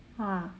!wah!